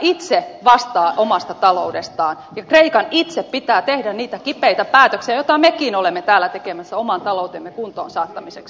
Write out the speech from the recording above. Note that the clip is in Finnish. kreikka itse vastaa omasta taloudestaan ja kreikan itse pitää tehdä niitä kipeitä päätöksiä joita mekin olemme täällä tekemässä oman taloutemme kuntoonsaattamiseksi